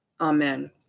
Amen